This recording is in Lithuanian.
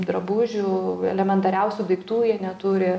drabužių elementariausių daiktų jie neturi